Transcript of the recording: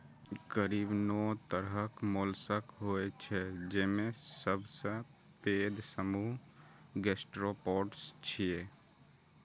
करीब नौ तरहक मोलस्क होइ छै, जेमे सबसं पैघ समूह गैस्ट्रोपोड्स छियै